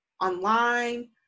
online